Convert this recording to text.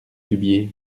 dubié